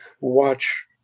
watch